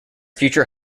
future